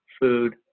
food